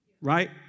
Right